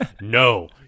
No